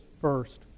first